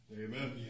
Amen